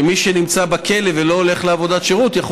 כי מי שנמצא בכלא ולא הולך לעבודות שירות יכול